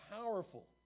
powerful